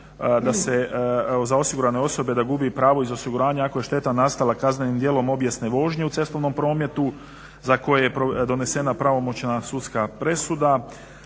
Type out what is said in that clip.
za osigurane osobe da gubi pravo iz osiguranja ako je šteta nastala kaznenim djelom obijesne vožnje u cestovnom prometu za koje je donesena pravomoćna sudska presuda.